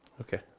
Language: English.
Okay